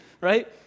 right